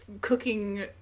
cooking